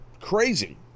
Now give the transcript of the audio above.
crazy